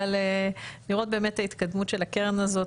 אבל לראות באמת את ההתקדמות של הקרן הזאת.